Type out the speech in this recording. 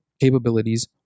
capabilities